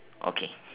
okay